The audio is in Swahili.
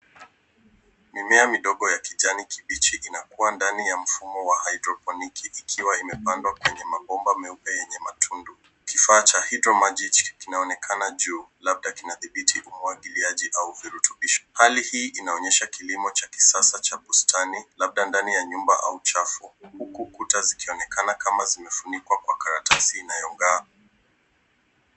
Mimea midogo ya kijani kibichi inakua ndani ya mfumo wa hydroponic ikiwa imepandwa kwenye mabomba meupe yenye matundu. Kifaa cha kuhifadhi maji kinaonekana juu labda kudhibiti umwagiliaji maji au virutubishi. Hali hii inaonyesha kilimo cha kisasa cha bustani, labda ndani ya nyumba au chafu huku kuta zikionekana kana kwamba zimefunikwa kwa karatasi inayongaa.